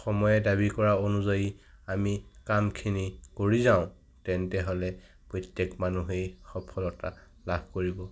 সময়ে দাবী কৰা অনুযায়ী আমি কামখিনি কৰি যাওঁ তেন্তে হ'লে প্ৰত্যেক মানুহেই সফলতা লাভ কৰিব